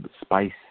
spice